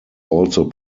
also